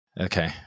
Okay